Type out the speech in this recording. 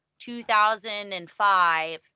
2005